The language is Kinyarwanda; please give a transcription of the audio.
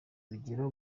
urugero